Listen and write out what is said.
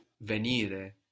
Venire